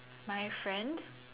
my friend